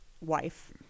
wife